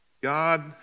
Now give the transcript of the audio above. God